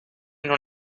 non